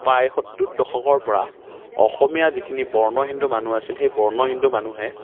প্ৰায় সত্তৰ দশকৰ পৰা অসমীয়া যিখিনি বৰ্ণ হিন্দু মানুহ আছিল সেই বৰ্ণ হিন্দু মানুহে